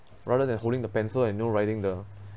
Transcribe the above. rather than holding the pencil and know writing the